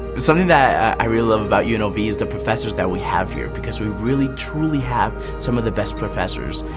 something that i really love about you know unlv is the professors that we have here because we really truly have some of the best professors.